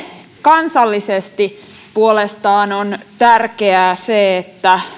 kansallisesti puolestaan on tärkeää se että